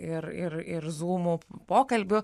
ir ir ir zumų pokalbių